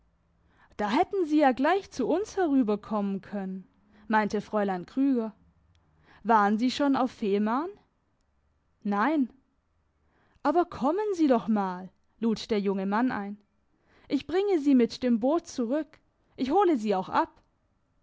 da hätten sie ja gleich zu uns herüber kommen können meinte fräulein krüger waren sie schon auf fehmarn nein aber kommen sie doch mal lud der junge mann ein ich bringe sie mit dem boot zurück ich hole sie auch ab